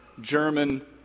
German